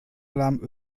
alarm